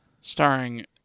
starring